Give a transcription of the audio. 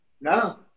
No